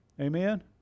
Amen